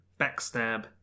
backstab